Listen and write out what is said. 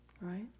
right